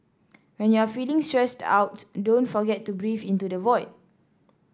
when you are feeling stressed out don't forget to breathe into the void